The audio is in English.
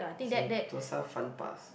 Sentosa Fun Pass